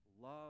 love